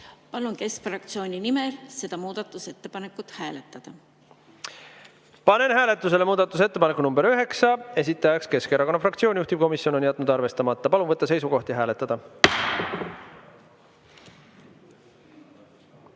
Palun keskfraktsiooni nimel seda muudatusettepanekut hääletada. Panen hääletusele muudatusettepaneku nr 9, esitaja on [Eesti] Keskerakonna fraktsioon ja juhtivkomisjon on jätnud arvestamata. Palun võtta seisukoht ja hääletada!